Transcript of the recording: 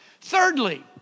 Thirdly